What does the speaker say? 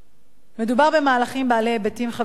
מדובר במהלכים בעלי היבטים חברתיים,